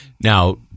now